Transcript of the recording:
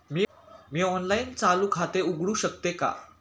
मी online चालू खाते उघडू शकते का?